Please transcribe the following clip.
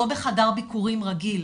לא בחדר ביקורים רגיל,